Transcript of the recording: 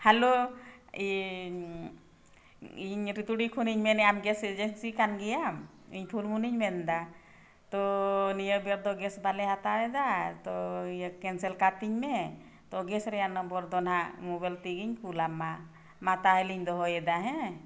ᱤᱧ ᱨᱤᱛᱩᱰᱤ ᱠᱷᱚᱱᱤᱧ ᱢᱮᱱᱮᱫᱼᱟ ᱟᱢ ᱠᱟᱱ ᱜᱮᱭᱟᱢ ᱤᱧ ᱯᱷᱩᱞᱢᱩᱱᱤᱧ ᱢᱮᱱᱮᱫᱟ ᱛᱳ ᱱᱤᱭᱟᱹ ᱠᱷᱮᱯ ᱫᱚ ᱵᱟᱞᱮ ᱦᱟᱛᱟᱣᱮᱫᱟ ᱛᱳ ᱤᱭᱟᱹ ᱠᱟᱛᱤᱧ ᱢᱮ ᱛᱳ ᱨᱮᱭᱟᱜ ᱫᱚ ᱱᱟᱦᱟᱜ ᱛᱮᱜᱮᱧ ᱠᱳᱞ ᱟᱢᱟ ᱢᱟ ᱛᱟᱦᱚᱞᱮᱧ ᱫᱚᱦᱚᱭᱮᱫᱟ ᱦᱮᱸ